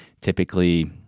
Typically